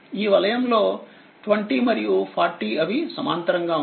ఈవలయం లో20మరియు40అవి సమాంతరంగా ఉన్నాయి